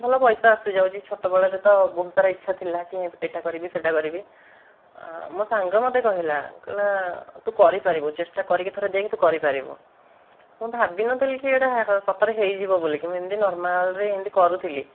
ଭଲ ପଇସା ଆସିଯାଉଛି ଛୋଟବେଳରେ ତ ବହୁତ ସାରା ଇଚ୍ଛା ଥିଲା କି ଏଇଟା କରିବି ସେଇଟା କରିବି ମୋ ସାଙ୍ଗ ମୋତେ କହିଲା କହିଲା ତୁ କରିପାରିବୁ ଚେଷ୍ଟା କରିକି ଥରେ ଦେଖ ତୁ କରିପାରିବୁ ମୁଁ ଭାବିନଥିଲି କି ଏଇଟା ସତରେ ହୋଇଯିବ ବୋଲିକି ମୁଁ କିନ୍ତୁ ଏମିତି ନର୍ମାଲରେ ଏମିତି କରୁଥିଲି